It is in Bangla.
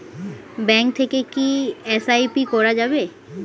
ব্যাঙ্ক থেকে কী এস.আই.পি করা যাবে?